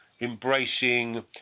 embracing